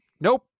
Nope